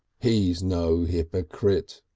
he's no hypocrite,